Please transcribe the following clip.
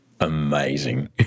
Amazing